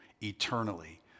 eternally